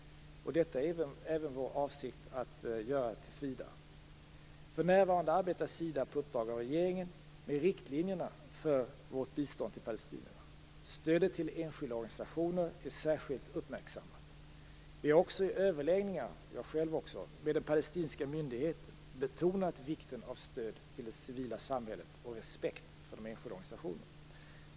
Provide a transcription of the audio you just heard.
Detta är även vår avsikt att göra tills vidare. För närvarande arbetar Sida, på uppdrag av regeringen, med riktlinjerna för vårt bistånd till palestinierna. Stödet till enskilda organisationer är särskilt uppmärksammat. Vi har också i överläggningar med den palestinska myndigheten betonat vikten av stöd till det civila samhället och respekten för de särskilda organisationerna.